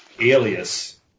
alias